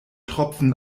tropfen